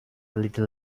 little